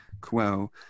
Quo